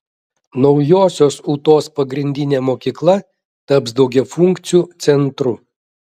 naujosios ūtos pagrindinė mokykla taps daugiafunkciu centru